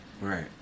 Right